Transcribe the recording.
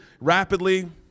rapidly